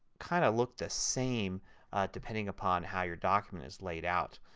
kind of look the same depending upon how your document is laid out.